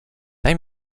daj